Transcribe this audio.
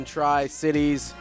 Tri-Cities